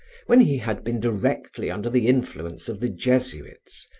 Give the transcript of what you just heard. when he had been directly under the influence of the jesuits,